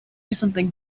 something